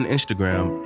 Instagram